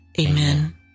Amen